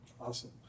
awesome